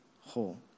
whole